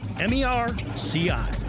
M-E-R-C-I